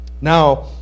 Now